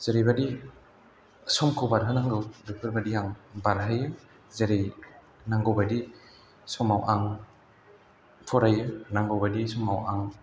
जेरैबादि समखौ बारहोनांगौ बेफोरबादि आं बारहोयो जेरै नांगौ बादि समाव आं फरायो नांगौबादि समाव आं